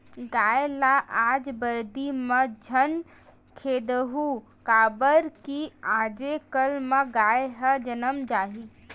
गाय ल आज बरदी म झन खेदहूँ काबर कि आजे कल म गाय ह जनम जाही